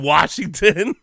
Washington